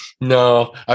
no